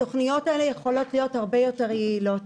התוכניות האלה יכולות להיות הרבה יותר יעילות.